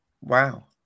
Wow